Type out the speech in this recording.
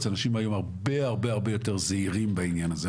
אנשים היו הרבה-הרבה יותר זהירים בעניין הזה.